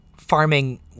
farming